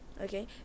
okay